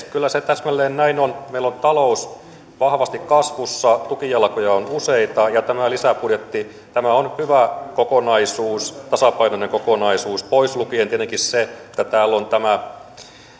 kyllä se täsmälleen näin on meillä on talous vahvasti kasvussa tukijalkoja on useita ja tämä lisäbudjetti on hyvä kokonaisuus tasapainoinen kokonaisuus pois lukien tietenkin se että täällä on tämä